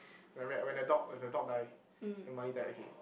when I read when the when the dog die then marley died okay